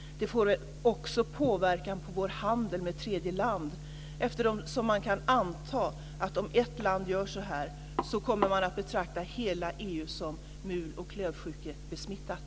Det får också påverkan på vår handel med tredje land eftersom man kan anta att om ett land gör detta kommer hela EU att betraktas som mul och klövsjukebesmittat.